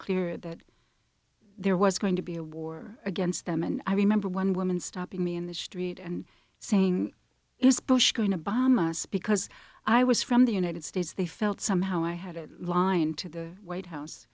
clear that there was going to be a war against them and i remember one woman stopping me in the street and saying is bush going to bomb us because i was from the united states they felt somehow i had a line to the white house